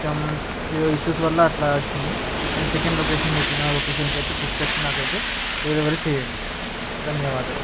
some ఏవో issues వల్ల అట్ల వచ్చింది నేను సెకండ్ లొకేషన్ చెప్పినా కదా ఆ లొకేషన్కి అయితే తీసుకువచ్చి నాకైతే డెలివరీ చెయ్యండి ధన్యవాదాలు